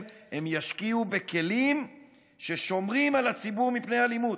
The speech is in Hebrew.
הם ישקיעו בכלים ששומרים על הציבור מפני אלימות.